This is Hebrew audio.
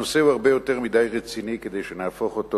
הנושא הוא הרבה יותר מדי רציני מכדי שנהפוך אותו